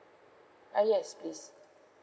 uh yes please